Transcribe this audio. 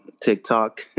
TikTok